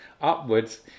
upwards